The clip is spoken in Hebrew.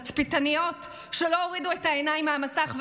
תצפיתניות שלא הורידו את העיניים מהמסך,